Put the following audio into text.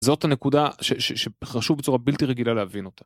זאת הנקודה שחשוב בצורה בלתי רגילה להבין אותה.